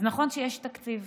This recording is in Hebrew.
אז נכון שיש תקציב,